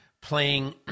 playing